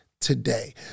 today